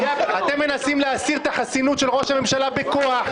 אתם מנסים להסיר את החסינות של ראש הממשלה בכוח,